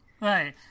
Right